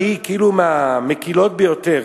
שהיא כאילו מהמקלות ביותר,